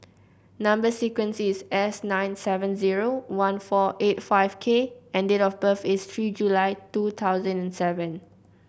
number sequence is S nine seven zero one four eight five K and date of birth is three July two thousand seven